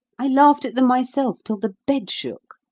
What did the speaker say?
i laughed at them myself till the bed shook.